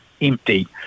empty